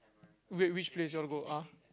wait which place you all go ah